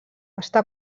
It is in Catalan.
està